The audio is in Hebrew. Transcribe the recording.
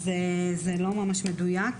אז זה לא ממש מדויק,